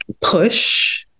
push